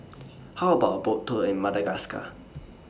How about A Boat Tour in Madagascar